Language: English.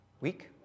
week